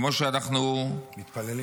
כמו שאנחנו -- מתפללים בשבת.